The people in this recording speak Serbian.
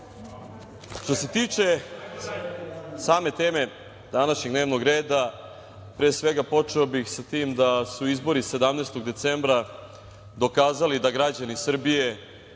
se tiče same teme današnjeg dnevnog reda, pre svega počeo bih sa tim da su izbori 17. decembra dokazali da građani Srbije